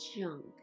junk